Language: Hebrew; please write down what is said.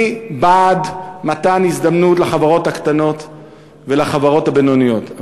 אני בעד מתן הזדמנות לחברות הקטנות ולחברות הבינוניות,